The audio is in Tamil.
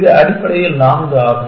இது அடிப்படையில் 4 ஆகும்